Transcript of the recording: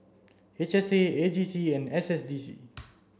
H S A A J C and S D C